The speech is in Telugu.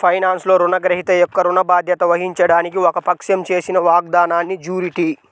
ఫైనాన్స్లో, రుణగ్రహీత యొక్క ఋణ బాధ్యత వహించడానికి ఒక పక్షం చేసిన వాగ్దానాన్నిజ్యూరిటీ